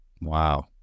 Wow